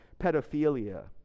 pedophilia